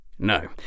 No